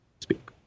speak